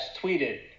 tweeted